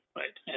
right